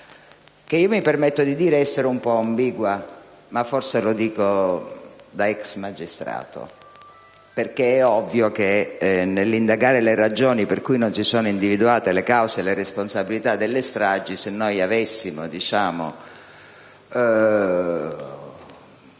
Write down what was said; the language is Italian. che io mi permetto di dire essere un po' ambigua, ma forse lo dico da ex magistrato. Infatti, è ovvio che, nell'indagare le ragioni per cui non si sono individuate le cause e le responsabilità delle stragi, se avessimo alcune